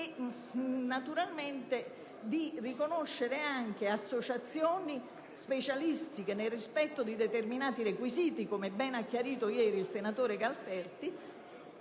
e naturalmente da riconoscere anche associazioni specialistiche nel rispetto di determinati requisiti, come ha ben chiarito ieri il senatore Galperti,